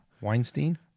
Weinstein